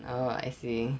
ah I see